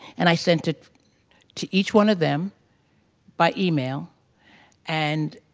and i sent it to each one of them by email and,